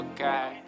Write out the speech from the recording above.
Okay